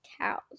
cows